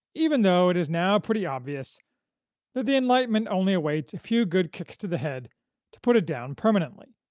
even though it is now pretty obvious that the enlightenment only awaits a few good kicks to the head to put it down permanently.